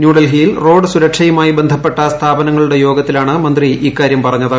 ന്യൂഡൽഹിയിൽ റോഡ് സുരക്ഷയുമായി ബന്ധപ്പെട്ട സ്ഥാപ്പുങ്ങളുടെ യോഗത്തിലാണ് മന്ത്രി ഇക്കാര്യം പറഞ്ഞത്